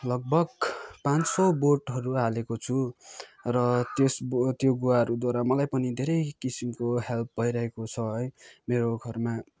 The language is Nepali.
लगभग पाँच सौ बोटहरू हालेको छु र त्यस बोट त्यो गुवाहरू द्वारा मलाई पनि धेरै किसिमको हेल्प भइरहेको छ है मेरो घरमा